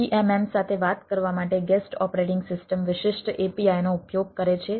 VMM સાથે વાત કરવા માટે ગેસ્ટ ઓપરેટિંગ સિસ્ટમ વિશિષ્ટ API નો ઉપયોગ કરે છે